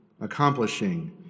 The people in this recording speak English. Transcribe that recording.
accomplishing